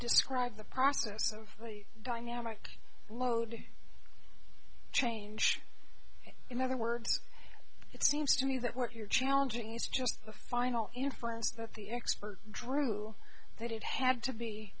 describe the process of dynamic loading change in other words it seems to me that what you're challenging is just the final inference that the expert drew that it had to be